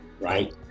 right